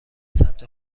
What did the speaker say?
ثبت